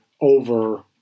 over